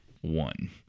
One